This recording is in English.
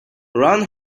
run